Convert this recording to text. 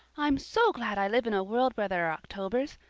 i'm so glad i live in a world where there are octobers.